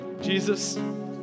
Jesus